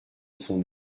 son